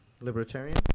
libertarian